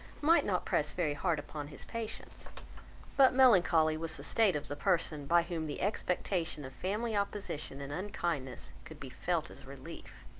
might not press very hard upon his patience but melancholy was the state of the person by whom the expectation of family opposition and unkindness, could be felt as a relief!